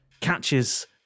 catches